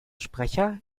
sprecher